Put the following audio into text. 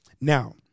Now